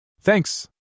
Thanks